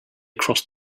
crossed